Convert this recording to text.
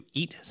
eat